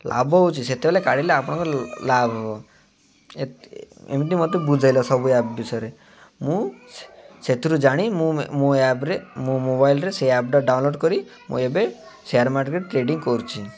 ଲାଭ ହେଉଛି ସେତେବେଲେ କାଢ଼ିଲେ ଆପଣଙ୍କ ଲାଭ ହେବ ଏମିତି ମୋତେ ବୁଝେଇଲ ସବୁ ଆପ୍ ବିଷୟରେ ମୁଁ ସେଥିରୁ ଜାଣି ମୁଁ ମୋ ଆପ୍ରେ ମୋ ମୋବାଇଲରେ ସେ ଆପ୍ଟା ଡାଉନଲୋଡ଼୍ କରି ମୁଁ ଏବେ ସେୟାର୍ ମାର୍କେଟ୍ ଟ୍ରେଡିଂ କରୁଛିି